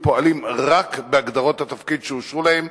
פועלים רק בהגדרות התפקיד שאושרו להם,